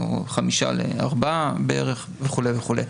של חמישה חודשים יהפוך לארבעה חודשים וכולי וכולי.